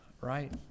right